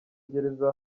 gereza